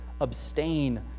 Abstain